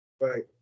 Right